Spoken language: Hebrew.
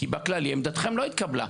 כי בכללי עמדתכם לא התקבלה.